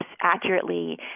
accurately